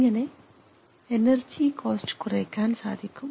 ഇങ്ങനെ energy cost കുറയ്ക്കാൻ സാധിക്കും